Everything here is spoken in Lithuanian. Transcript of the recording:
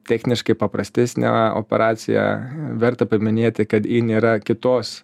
techniškai paprastesnė operacija verta paminėti kad jei nėra kitos